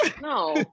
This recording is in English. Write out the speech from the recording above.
no